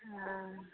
हँ